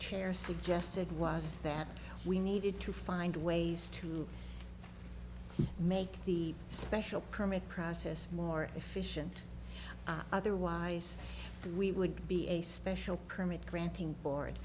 chair suggested was that we needed to find ways to make the special permit process more efficient otherwise we would be a special permit granting board